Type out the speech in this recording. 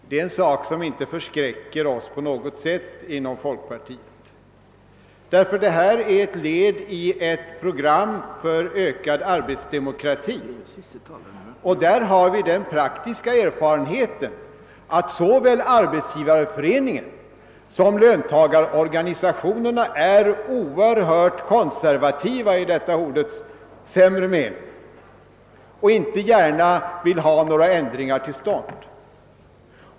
Det är emellertid en sak som inte förskräcker oss inom folkpartiet på något sätt, ty förslaget är ett led i ett program för ökad arbetsdemokrati, och därvidlag har vi den praktiska erfarenheten att såväl Arbetsgivareföreningen som löntagarorganisationerna är ytterst konservativa i detta ords sämre mening och inte gärna vill ha några ändringar till stånd.